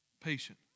Patient